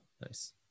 nice